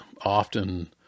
often